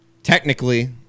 technically